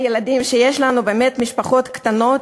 אלה הילדים שיש לנו, באמת משפחות קטנות,